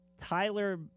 Tyler